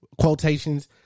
quotations